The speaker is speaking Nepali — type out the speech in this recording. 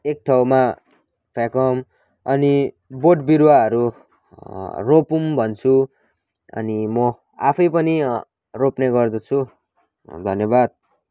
एक ठाउँमा फ्याँकौँ अनि बोट बिरुवाहरू रोपौँ भन्छु अनि म आफै पनि रोप्ने गर्दछु धन्यवाद